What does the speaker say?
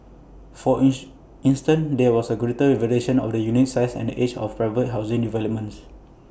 for ins instance there was greater variation on the unit size and age of private housing developments